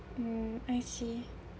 mm I see